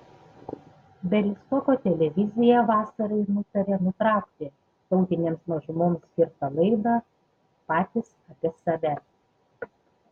bialystoko televizija vasarai nutarė nutraukti tautinėms mažumoms skirtą laidą patys apie save